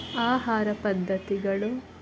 ಆಹಾರ ಪದ್ದತಿಗಳು